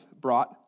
brought